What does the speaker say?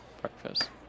breakfast